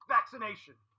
Vaccination